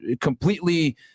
completely